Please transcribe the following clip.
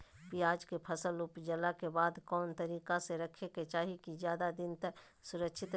प्याज के फसल ऊपजला के बाद कौन तरीका से रखे के चाही की ज्यादा दिन तक सुरक्षित रहय?